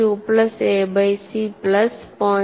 2 plus A by C plus 0